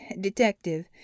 detective